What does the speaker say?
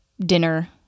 dinner